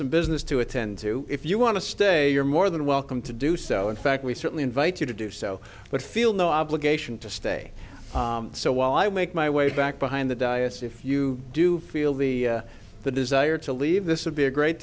some business to attend to if you want to stay you're more than welcome to do so in fact we certainly invite you to do so but feel no obligation to stay so while i make my way back behind the diocese if you do feel the the desire to leave this would be a great